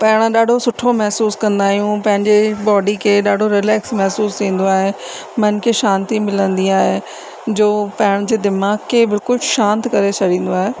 पाण ॾाढो सुठो महसूस कंदा आहियूं पंहिंजे बॉडी खे ॾाढो रिलेक्स महसूस थींदो आहे मन खे शांती मिलंदी आहे जो पंहिंजे दिमाग़ खे बिल्कुलु शांति करे छॾींदो आहे